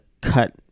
cut